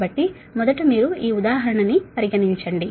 కాబట్టి మొదట మీరు ఈ ఉదాహరణ ని పరిగణించండి